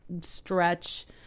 stretch